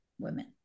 women